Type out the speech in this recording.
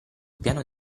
piano